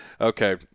Okay